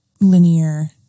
linear